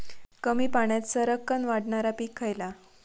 कमी पाण्यात सरक्कन वाढणारा पीक खयला?